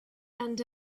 and